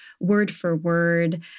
word-for-word